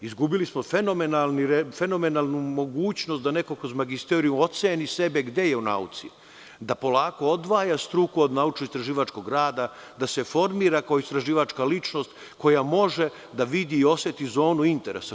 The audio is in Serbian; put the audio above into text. Izgubili smo fenomenalnu mogućnost da neko kroz magisterijum oceni sebe gde je u nauci, da polako odvaja struku od naučno istraživačkog rada, da se formira kao istraživačka ličnost koja može da vidi i oseti zonu interesa.